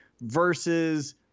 versus